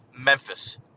Memphis –